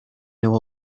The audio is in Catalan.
neu